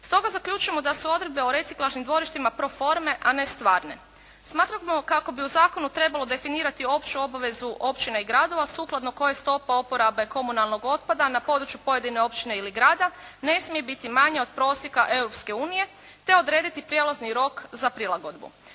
Stoga zaključujemo da su odredbe o reciklažnim dvorištima pro forme a ne stvarne. Smatramo kako bi u zakonu trebalo definirati opću obavezu općina i gradova sukladno koje stopa oporabe komunalnog otpada na području pojedine općine ili grada ne smije biti manja od prosjeka Europske unije te odrediti prijelazni rok za prilagodbu.